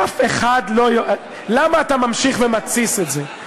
אף אחד לא יורה, למה אתה ממשיך ומתסיס את זה?